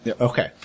Okay